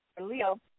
Leo